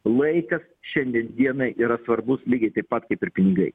laikas šiandien dienai yra svarbus lygiai taip pat kaip ir pinigai